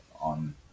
on